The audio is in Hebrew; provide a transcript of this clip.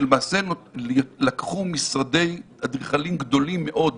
שלמעשה לקחו משרדי אדריכלים גדולים מאוד בארץ.